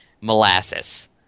molasses